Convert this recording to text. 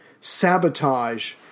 sabotage